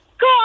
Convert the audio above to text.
go